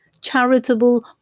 charitable